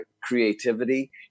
creativity